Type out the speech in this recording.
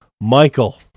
Michael